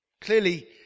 clearly